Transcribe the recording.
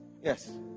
Yes